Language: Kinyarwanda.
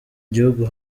gihugu